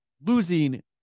losing